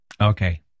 Okay